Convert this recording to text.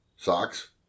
Socks